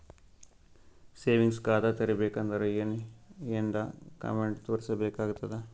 Savings ಖಾತಾ ತೇರಿಬೇಕಂದರ ಏನ್ ಏನ್ಡಾ ಕೊಮೆಂಟ ತೋರಿಸ ಬೇಕಾತದ?